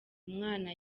umwana